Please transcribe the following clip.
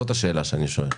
זאת השאלה שאני שואל.